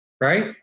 right